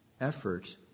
effort